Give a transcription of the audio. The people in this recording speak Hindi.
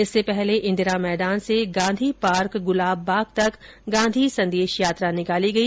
इससे पहले इन्दिरा मैदान से गांधी पार्क गुलाब बाग तक गांधी संदेश यात्रा निकाली गई